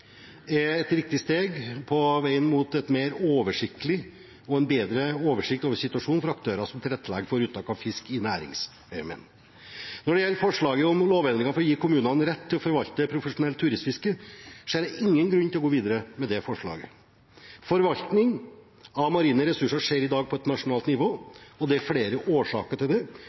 er et riktig steg på veien mot en mer oversiktlig situasjon for aktører som tilrettelegger for uttak av fisk i næringsøyemed. Når det gjelder forslaget om lovendringer for å gi kommunene rett til å forvalte profesjonelt turistfiske, ser jeg ingen grunn til å gå videre med det. Forvaltningen av marine ressurser skjer i dag på nasjonalt nivå. Det er flere årsaker til dette, bl.a. dreier det